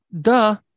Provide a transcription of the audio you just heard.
duh